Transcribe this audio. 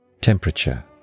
Temperature